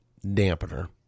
dampener